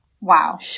wow